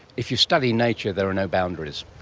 if you study nature there are no boundaries.